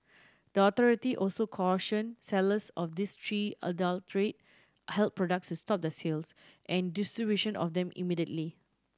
the authority also caution sellers of these three adulterate health products to stop the sales and distribution of them immediately